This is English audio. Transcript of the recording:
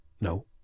No